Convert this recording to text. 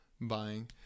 buying